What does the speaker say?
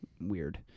Weird